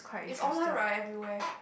it's online right everywhere